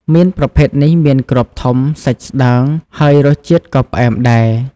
មៀនប្រភេទនេះមានគ្រាប់ធំ សាច់ស្តើង ហើយរសជាតិក៏ផ្អែមដែរ។